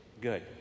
Good